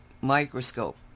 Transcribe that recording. microscope